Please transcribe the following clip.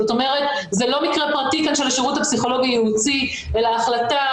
זאת אומרת זה לא מקרה פרטי של השירות הפסיכולוגי ייעוצי אלא החלטה